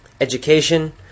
education